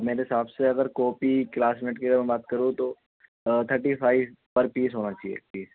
میرے حساب سے اگر کاپی کلاس میٹ کی اگر میں بات کروں تو تھرٹی فائیو پر پیس ہونا چاہیے جی